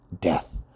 death